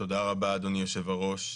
רבה אדוני יושב-הראש.